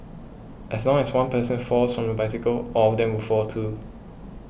as long as one person falls from the bicycle all of them will fall too